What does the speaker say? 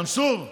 מנסור,